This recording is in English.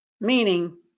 meaning